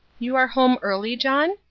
you are home early, john?